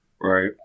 Right